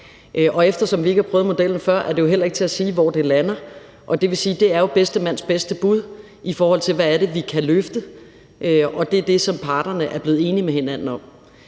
eftersom vi ikke har prøvet modellen før, er det heller ikke til at sige, hvor det lander, og det vil jo sige, at det er bedste mands bedste bud i forhold til, hvad det er, vi kan løfte, og det er det, som parterne er blevet enige med hinanden om.